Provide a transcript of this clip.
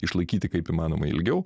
išlaikyti kaip įmanoma ilgiau